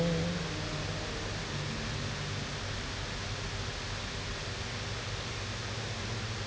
mm